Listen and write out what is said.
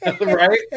Right